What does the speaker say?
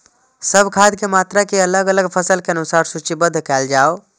सब खाद के मात्रा के अलग अलग फसल के अनुसार सूचीबद्ध कायल जाओ?